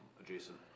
adjacent